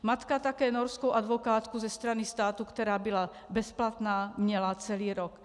Matka také norskou advokátku ze strany státu, která byla bezplatná, měla celý rok.